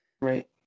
Right